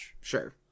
Sure